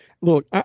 Look